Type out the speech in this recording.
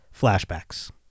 flashbacks